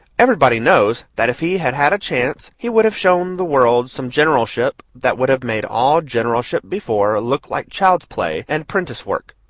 everybody knows that if he had had a chance he would have shown the world some generalship that would have made all generalship before look like child's play and prentice work.